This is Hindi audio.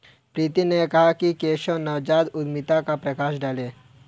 प्रीति ने कहा कि केशव नवजात उद्यमिता पर प्रकाश डालें